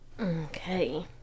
Okay